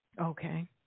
Okay